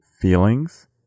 feelings